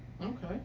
Okay